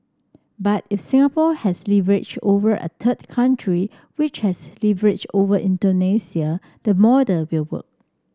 but if Singapore has leverage over a third country which has leverage over Indonesia the model will work